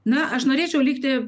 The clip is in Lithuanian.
na aš norėčiau likti